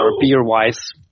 beer-wise